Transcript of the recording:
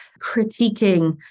critiquing